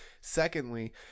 Secondly